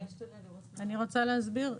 אני רוצה להסביר.